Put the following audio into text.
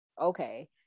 Okay